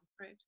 right